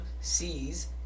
sees